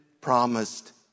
promised